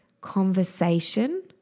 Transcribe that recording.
conversation